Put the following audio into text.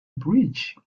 bridge